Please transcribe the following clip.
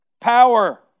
Power